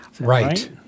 Right